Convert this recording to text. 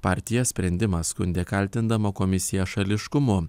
partija sprendimą skundė kaltindama komisiją šališkumu